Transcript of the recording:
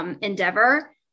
endeavor